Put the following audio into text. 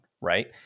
Right